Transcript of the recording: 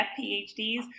PhDs